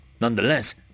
Nonetheless